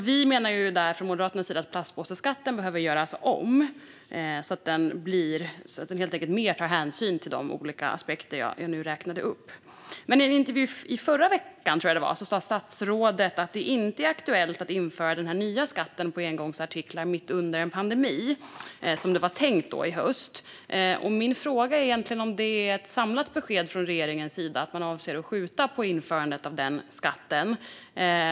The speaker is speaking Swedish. Vi moderater menar därför att plastpåseskatten behöver göras om så att den helt enkelt mer tar hänsyn till de olika aspekter jag räknade upp. I en intervju i förra veckan sa statsrådet att det inte är aktuellt att införa den nya skatten på engångsartiklar mitt under en pandemi. Det var tänkt att ske i höst. Är det ett samlat besked från regeringens sida att man avser att skjuta på införandet av den skatten?